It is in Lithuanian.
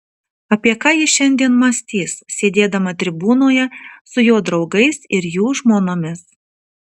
apie ką ji šiandien mąstys sėdėdama tribūnoje su jo draugais ir jų žmonomis